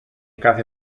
κάθε